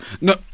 No